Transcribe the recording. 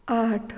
आठ